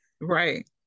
Right